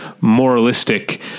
moralistic